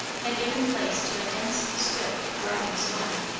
had given place to a dense, swift, driving storm.